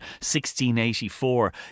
1684